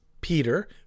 Peter